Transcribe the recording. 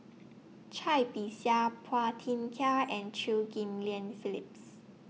Cai Bixia Phua Thin Kiay and Chew Ghim Lian Phillips